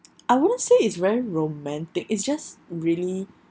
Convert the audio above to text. I wouldn't say it's very romantic it's just really